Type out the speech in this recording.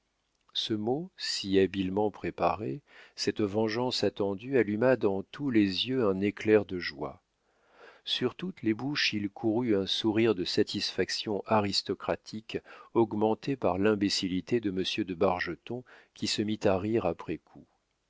ce mot si habilement préparé cette vengeance attendue alluma dans tous les yeux un éclair de joie sur toutes les bouches il courut un sourire de satisfaction aristocratique augmentée par l'imbécillité de monsieur de bargeton qui se mit à rire après coup